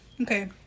okay